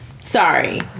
Sorry